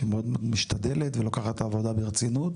שמאוד משתדלת ולוקחת את העבודה ברצינות.